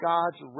God's